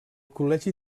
col·legi